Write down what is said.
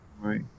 right